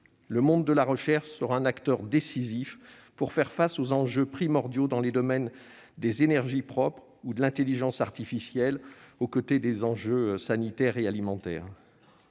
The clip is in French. Le monde de la recherche sera un acteur décisif pour faire face aux enjeux primordiaux dans les domaines des énergies propres ou de l'intelligence artificielle, aux côtés des enjeux sanitaires et alimentaires.